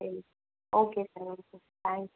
சரி okay sir okay thanks